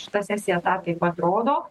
šita sesija tą taip pat rodo